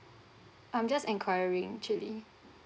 I'm just enquiring actually